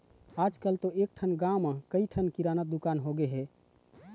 आजकल तो एकठन गाँव म कइ ठन किराना दुकान होगे हे